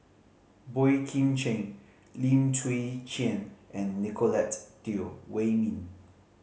Boey Kim Cheng Lim Chwee Chian and Nicolette Teo Wei Min